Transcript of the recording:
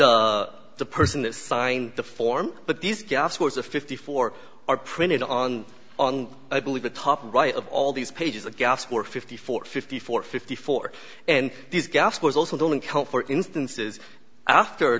the person that signed the form but these gasworks of fifty four are printed on on i believe the top right of all these pages of gas were fifty four fifty four fifty four and these gas cores also don't account for instances after a